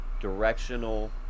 directional